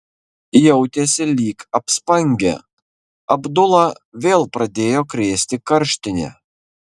jautėsi lyg apspangę abdulą vėl pradėjo krėsti karštinė